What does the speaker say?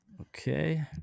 Okay